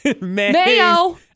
mayo